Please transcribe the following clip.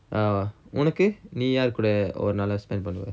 uh ஒனக்கு நீ யார் கூட ஒவ்வொரு நாளும்:onakku nee yar kooda ovvoru nalum spend பண்ணுவ:pannuva